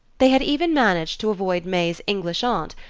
they had even managed to avoid may's english aunt,